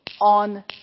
on